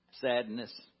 sadness